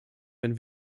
wenn